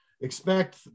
expect